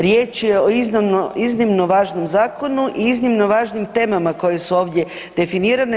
Riječ je o iznimno važnom zakonu i iznimno važnim temama koje su ovdje definirane.